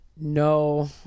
No